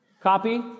copy